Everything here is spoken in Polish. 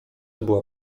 była